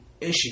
issue